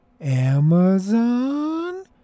Amazon